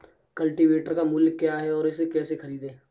Cultivator का मूल्य क्या है और इसे कैसे खरीदें?